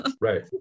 Right